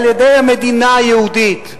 על-ידי המדינה היהודית.